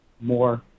more